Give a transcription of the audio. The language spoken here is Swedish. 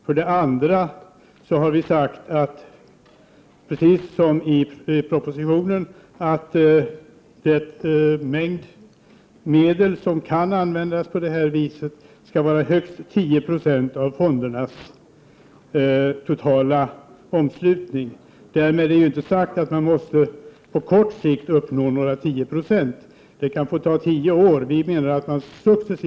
För det andra har vi sagt precis som regeringen i propositionen, nämligen att de medel som kan användas på detta sätt skall vara högst 10 96 av fondernas totala omslutning. Därmed inte sagt att man på kort sikt måste uppnå 10 76. Det kan få ta tio år att bygga upp närfonder.